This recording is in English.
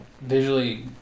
Visually